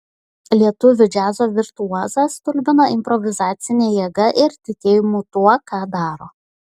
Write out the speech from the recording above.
lietuvių džiazo virtuozas stulbina improvizacine jėga ir tikėjimu tuo ką daro